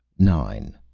nine.